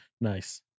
Nice